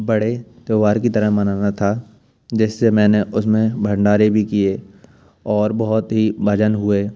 बड़े त्यौहार की तरह मनाना था जिससे मैंने उसमें भंडारे भी किए और बहुत ही भजन हुए